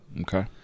Okay